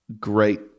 great